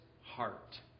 heart